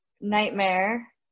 Nightmare